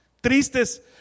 tristes